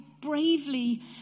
bravely